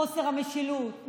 חוסר המשילות,